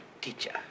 teacher